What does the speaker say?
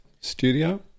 studio